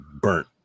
burnt